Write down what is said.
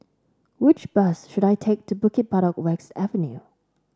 which bus should I take to Bukit Batok West Avenue